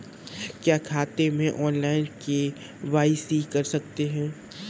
क्या खाते में ऑनलाइन के.वाई.सी कर सकते हैं?